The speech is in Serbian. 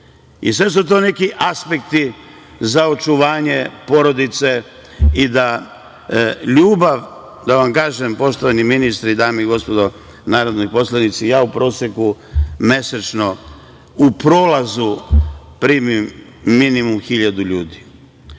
Sve su to neki aspekti za očuvanje porodice. Ljubav, da vam kažem, poštovani ministre i dame i gospodo narodni poslanici, ja u proseku mesečno u prolazu primim minimum 1.000 ljudi